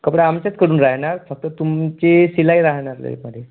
कपडा आमच्याचकडून राहणार फक्त तुमची शिलाई राहणार ड्रेसमध्ये